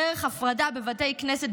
דרך הפרדה בבתי כנסת,